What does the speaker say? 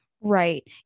right